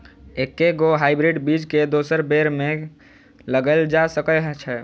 एके गो हाइब्रिड बीज केँ दोसर बेर खेत मे लगैल जा सकय छै?